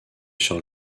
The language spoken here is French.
sur